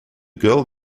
girl